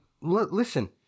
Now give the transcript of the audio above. listen